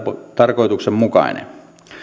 tarkoituksenmukainen